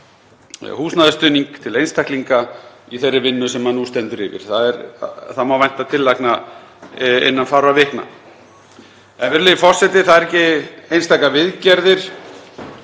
húsnæðisstuðning til einstaklinga í þeirri vinnu sem nú stendur yfir. Það má vænta tillagna innan fárra vikna. Virðulegi forseti. Það eru ekki einstaka viðgerðir